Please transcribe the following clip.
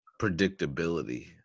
predictability